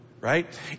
right